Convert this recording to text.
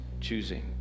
choosing